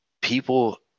people